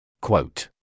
Quote